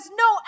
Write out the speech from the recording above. no